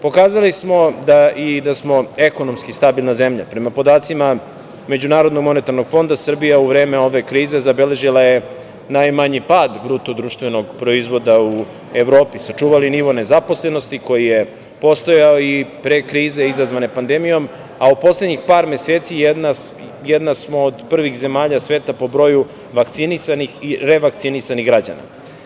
Pokazali smo da smo i ekonomski stabilna zemlja, prema podacima MMF Srbija u vreme ove krize zabeležila je najmanji pad bruto društvenog proizvoda u Evropi, sačuvali nivo nezaposlenosti koji je postojao i pre krize izazvane pandemijom, a u poslednjih par meseci jedna smo od prvih zemalja sveta po broju vakcinisanih i revakcinisanih građana.